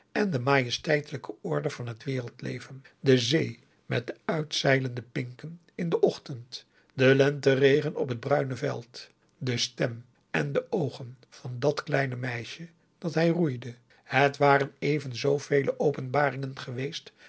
en de majesteitelijke orde van het wereld leven de zee met de uitzeilende pinken in den ochtend de lenteregen augusta de wit orpheus in de dessa op het bruine veld de stem en de oogen van dat kleine meisje dat hij roeide het waren even zoo vele openbaringen geweest